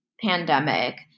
pandemic